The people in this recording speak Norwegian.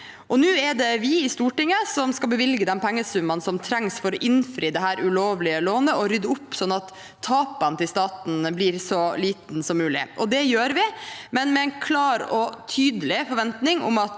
Nå er det vi i Stortinget som skal bevilge de pengesummene som trengs for å innfri dette ulovlige lånet og rydde opp sånn at tapet til staten blir så lite som mulig – og det gjør vi, men med en klar og tydelig forventning om at